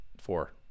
Four